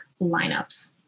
lineups